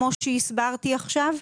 כמו שהסברתי עכשיו,